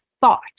thought